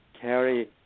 carry